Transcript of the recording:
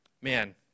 man